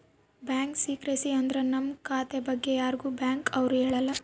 bank secrecy ಅಂದ್ರ ನಮ್ ಖಾತೆ ಬಗ್ಗೆ ಯಾರಿಗೂ ಬ್ಯಾಂಕ್ ಅವ್ರು ಹೇಳಲ್ಲ